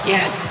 Yes